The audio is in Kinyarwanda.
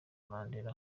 mandela